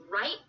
right